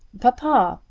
papa,